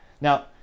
Now